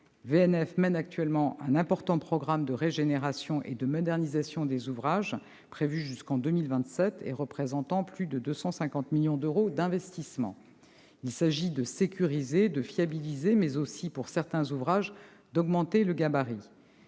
VNF mène actuellement un important programme de régénération et de modernisation des ouvrages, prévu jusqu'en 2027, qui représente plus de 250 millions d'euros d'investissement. Il s'agit de sécuriser, de fiabiliser mais aussi, pour certains ouvrages, d'augmenter le gabarit.